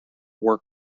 work